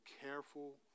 careful